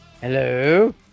Hello